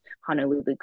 Honolulu